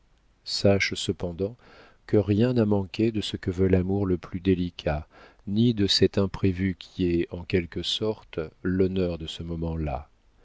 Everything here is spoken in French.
sache cependant que rien n'a manqué de ce que veut l'amour le plus délicat ni de cet imprévu qui est en quelque sorte l'honneur de ce moment-là